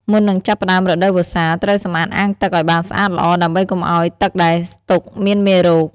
មុននឹងចាប់ផ្តើមរដូវវស្សា ត្រូវសម្អាតអាងទឹកឲ្យបានស្អាតល្អ ដើម្បីកុំឲ្យទឹកដែលស្តុកមានមេរោគ។